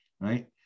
right